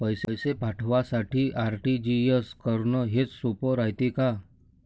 पैसे पाठवासाठी आर.टी.जी.एस करन हेच सोप रायते का?